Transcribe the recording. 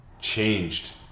changed